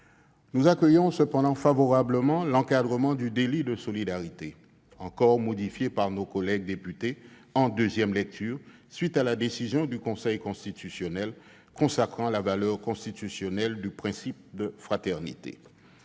Nous accueillons favorablement l'encadrement du « délit de solidarité », encore modifié par nos collègues députés en deuxième lecture, à la suite de la décision du Conseil constitutionnel consacrant la valeur constitutionnelle du principe de fraternité.